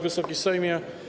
Wysoki Sejmie!